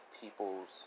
people's